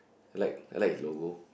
I like I like his logo